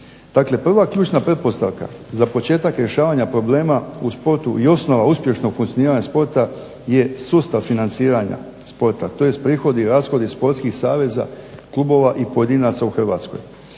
prva ključna pretpostavka za početak rješavanja problema u sporta i osnova uspješnog osnivanja sporta je sustav financiranja sporta, to jest prihodi i rashodi sportskih saveza, klubova i pojedinaca u Hrvatskoj.